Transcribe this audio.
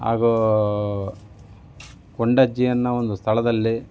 ಹಾಗೂ ಕೊಂಡಜ್ಜಿ ಅನ್ನೋ ಒಂದು ಸ್ಥಳದಲ್ಲಿ